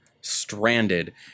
stranded